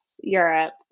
Europe